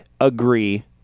agree